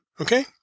okay